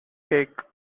cake